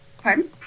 Pardon